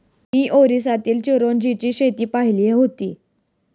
मी ओरिसातील चिरोंजीची शेती पाहिली होती